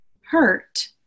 hurt